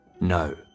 no